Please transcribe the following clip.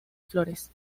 flores